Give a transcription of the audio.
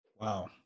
Wow